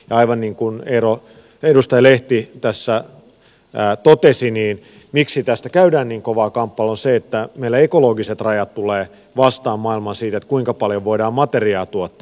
aivan niin kuin edustaja lehti tässä totesi niin se miksi tästä käydään niin kovaa kamppailua on se että meillä ekologiset rajat tulevat vastaan maailmalla siinä kuinka paljon voidaan materiaa tuottaa